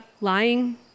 lying